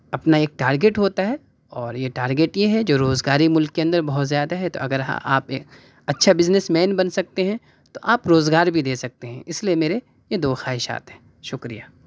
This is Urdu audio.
اپنا ایک ٹارگیٹ ہوتا ہے اور یہ ٹارگیٹ یہ ہے جو روزگاری ملک کے اندر بہت زیادہ ہے تو اگر آپ اچھا بزنس مین بن سکتے ہیں تو آپ روزگار بھی دے سکتے ہیں اس لئے میرے یہ دو خواہشات ہیں شکریہ